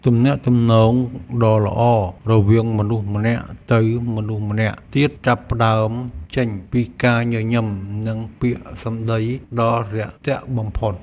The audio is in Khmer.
ទំនាក់ទំនងដ៏ល្អរវាងមនុស្សម្នាក់ទៅមនុស្សម្នាក់ទៀតចាប់ផ្តើមចេញពីការញញឹម និងពាក្យសម្តីដ៏រាក់ទាក់បំផុត។